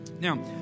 Now